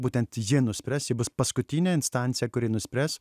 būtent ji nuspręs ji bus paskutinė instancija kuri nuspręs